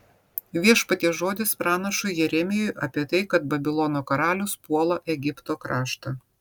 viešpaties žodis pranašui jeremijui apie tai kad babilono karalius puola egipto kraštą